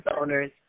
owners